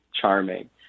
charming